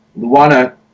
Luana